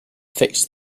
fix